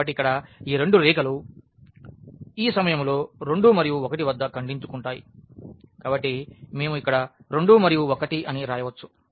కాబట్టి ఇక్కడ ఈ రెండు రేఖలు ఈ సమయంలో2 మరియు 1 వద్ద ఖండించుకుంటాయి కాబట్టి మేము ఇక్కడ 2 మరియు 1 ని వ్రాయవచ్చు